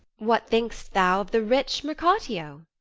what think'st thou of the rich mercatio?